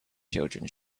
children